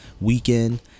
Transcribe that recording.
weekend